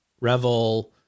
Revel